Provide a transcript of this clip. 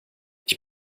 ich